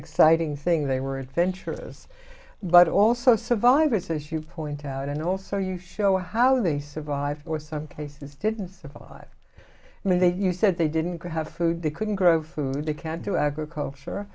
exciting thing they were adventurous but also survivors as you point out and also you show how they survive or some cases didn't survive in that you said they didn't have food they couldn't grow food they can't do agriculture